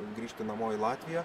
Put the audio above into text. grįžti namo į latviją